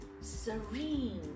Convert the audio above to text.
serene